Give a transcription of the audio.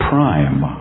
Prime